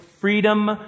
freedom